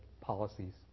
policies